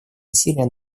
усилия